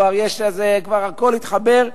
כבר הכול התחבר,